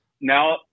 Now